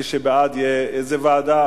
מי שבעד יהיה, איזו ועדה?